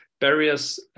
barriers